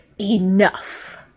enough